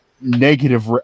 negative